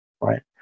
right